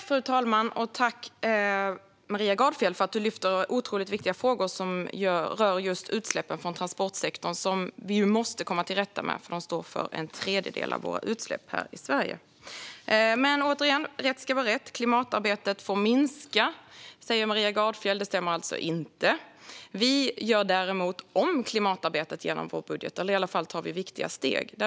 Fru talman! Tack för att du tar upp otroligt viktiga frågor som rör utsläppen från transportsektorn, Maria Gardfjell! Vi måste ju komma till rätta med dem, för de står för en tredjedel av våra utsläpp här i Sverige. Men, återigen: Rätt ska vara rätt. Klimatarbetet får minska, säger Maria Gardfjell. Det stämmer inte. Vi gör däremot om klimatarbetet genom vår budget, eller tar i alla fall viktiga steg.